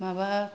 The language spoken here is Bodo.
माबा